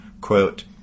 Quote